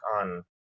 on